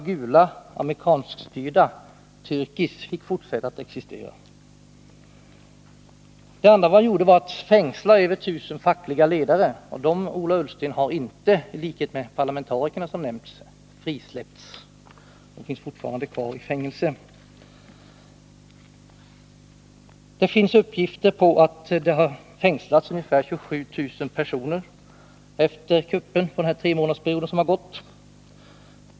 gula amerikanskstyrda Tärk-is fick fortsätta att existera. Det andra man gjorde var att fängsla över 1 000 fackliga ledare, och av dem, Ola Ullsten, har inte några — vilket är fallet med de parlamentariker som nämnts — frisläppts, utan de finns fortfarande kvar i fängelset. Det finns uppgifter om att ungefär 27 000 personer har fängslats under den tremånadersperiod som gått efter kuppen.